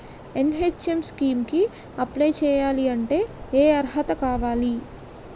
NHM scheme కి apply చేయాలి అంటే ఏ అర్హత కావాలి?